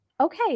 Okay